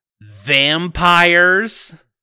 vampires